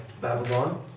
Babylon